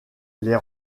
les